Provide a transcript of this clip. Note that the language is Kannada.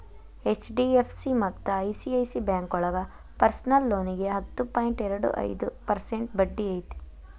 ಎಚ್.ಡಿ.ಎಫ್.ಸಿ ಮತ್ತ ಐ.ಸಿ.ಐ.ಸಿ ಬ್ಯಾಂಕೋಳಗ ಪರ್ಸನಲ್ ಲೋನಿಗಿ ಹತ್ತು ಪಾಯಿಂಟ್ ಎರಡು ಐದು ಪರ್ಸೆಂಟ್ ಬಡ್ಡಿ ಐತಿ